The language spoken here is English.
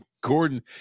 Gordon